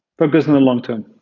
focus on the long term.